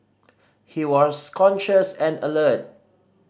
he was conscious and alert